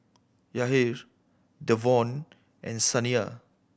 Yair Devaughn and Saniyah